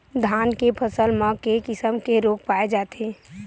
धान के फसल म के किसम के रोग पाय जाथे?